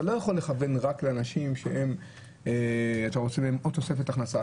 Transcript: אתה לא יכול לכוון רק לאנשים שזו בשבילם תוספת הכנסה.